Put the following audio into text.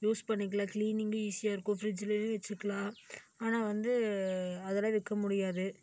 use பண்ணிக்கலாம் கிளீனிங்கும் ஈசியாக இருக்கும் ஃபிரிட்ஜ்லயும் வச்சிக்கலாம் ஆனால் வந்து அதெலாம் வைக்க முடியாது